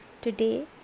today